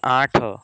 ଆଠ